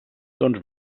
doncs